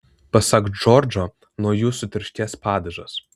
pasak džordžo nuo jų sutirštės padažas